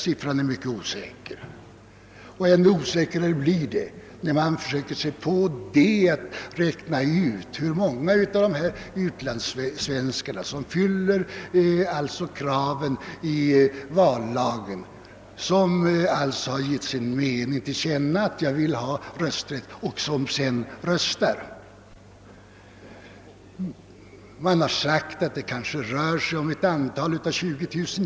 Siffran är mycket osäker, och ännu mera osäkert blir det om man försöker sig på att beräkna hur många av dessa utlandssvenskar som uppfyller kraven i vallagen och som har givit sin mening till känna att de vill ha rösträtt och sedan även röstar. Det har sagts att det kanske rör sig om ett antal av 20 000.